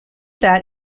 that